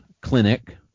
clinic